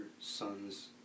son's